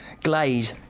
Glade